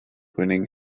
winning